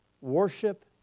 worship